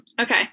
Okay